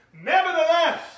Nevertheless